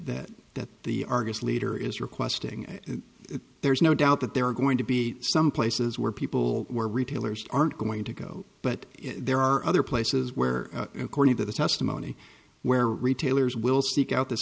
that that the argus leader is requesting and there's no doubt that there are going to be some places where people were retailers aren't going to go but there are other places where according to the testimony where retailers will seek out this